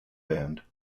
band